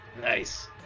Nice